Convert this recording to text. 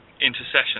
intercession